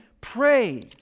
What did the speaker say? pray